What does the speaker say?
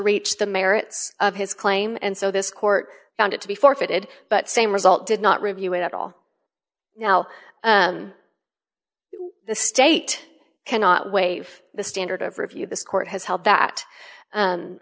reach the merits of his claim and so this court found it to be forfeited but same result did not review it at all now the state cannot wave the standard of review this court has held that